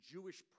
Jewish